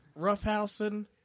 roughhousing